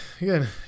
again